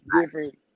different